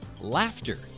laughter